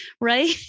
right